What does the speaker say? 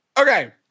Okay